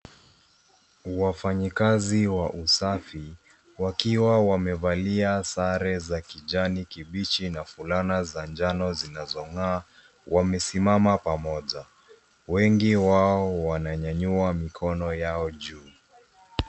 Wafanyikazi wa usafi wakiwa wamevalia sare za kijani kibichi na fulana za njano zinazong'aa wamesimama pamoja .Wengi wao wamenyanyua mikono yao juu.